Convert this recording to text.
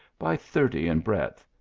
by thirty in breadth,